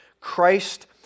Christ